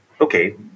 okay